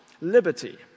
liberty